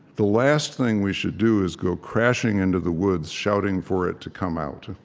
the last thing we should do is go crashing into the woods, shouting for it to come out.